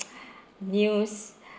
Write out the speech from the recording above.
news